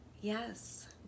yes